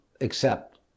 accept